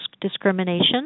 discrimination